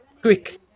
Quick